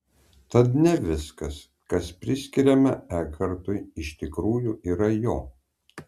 tad ne viskas kas priskiriama ekhartui iš tikrųjų yra jo